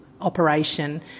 operation